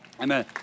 Amen